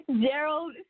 Gerald